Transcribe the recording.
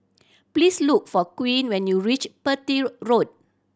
please look for Queen when you reach Petir Park